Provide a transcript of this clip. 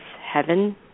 heaven